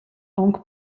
aunc